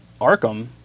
Arkham